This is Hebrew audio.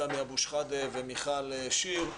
סמי אבו שחאדה ומיכל שיר.